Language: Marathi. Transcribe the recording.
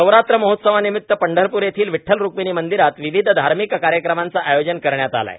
नवरात्र महोत्सवानिमित पंढरपूर येथील विठ्ठल रुक्मिणी मंदिरात विविध धार्मिक कार्यक्रमांचं आयोजन करण्यात आलं आहे